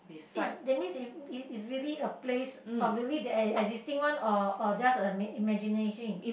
eh that's mean is is really a place or really that's a existing one or or just a imagination